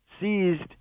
seized